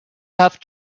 have